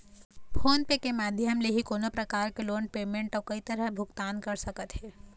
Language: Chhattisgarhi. फोन पे के माधियम ले ही कोनो परकार के लोन पेमेंट अउ कई तरह भुगतान कर सकत हे